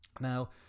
Now